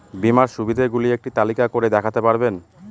বীমার সুবিধে গুলি একটি তালিকা করে দেখাতে পারবেন?